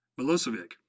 Milosevic